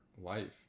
life